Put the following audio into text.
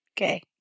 Okay